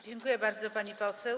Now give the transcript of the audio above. Dziękuję bardzo, pani poseł.